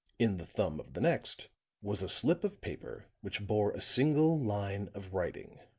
in the thumb of the next was a slip of paper which bore a single line of writing